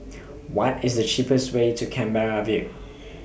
What IS The cheapest Way to Canberra View